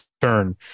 turn